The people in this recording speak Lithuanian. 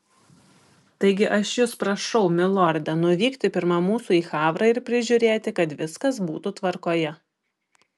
taigi aš jus prašau milorde nuvykti pirma mūsų į havrą ir prižiūrėti kad viskas būtų tvarkoje